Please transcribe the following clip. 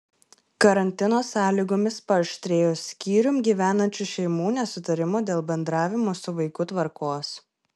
karantino sąlygomis paaštrėjo skyrium gyvenančių šeimų nesutarimų dėl bendravimo su vaiku tvarkos